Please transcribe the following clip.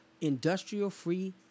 industrial-free